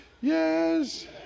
yes